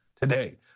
today